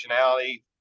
functionality